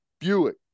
Buick